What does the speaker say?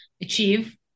achieve